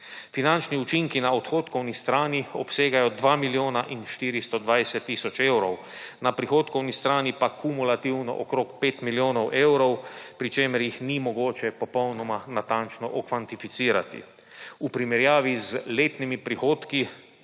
Finančni učinki in odhodkovni strani obsegajo 2 milijona in 420 tisoč evrov, na prihodkovni strani pa kumulativno okoli 5 milijonov evrov, pri čemer jih ni mogoče popolnoma natančno okvantificirati. V primerjavi z letnimi prihodki,